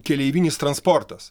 keleivinis transportas